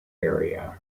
area